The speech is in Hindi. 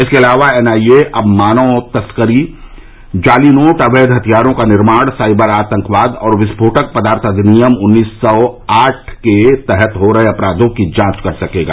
इसके अलावा एन आई ए अब मानव तस्करी जाली नोट अवैघ हथियारों का निर्माण साइबर आतंकवाद और विस्फोटक पदार्थ अधिनियम उन्नीस सौ आठ के तहत हो रहे अपराधों की जांच कर सकेगा